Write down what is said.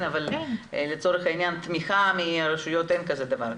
אבל לצורך העניין תמיכה מהרשויות אין כזה דבר,